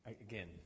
Again